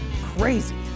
crazy